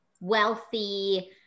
wealthy